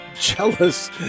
jealous